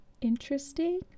interesting